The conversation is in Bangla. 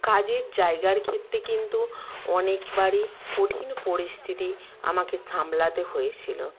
কাজের জায়গার ক্ষেত্রে কিন্তু অনেকবারই কঠিন পরিস্থিতি আমাকে সামলাতে হয়েছিলো